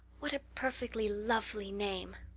what a perfectly lovely name!